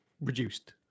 reduced